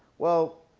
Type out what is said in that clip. well